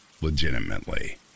legitimately